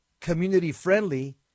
community-friendly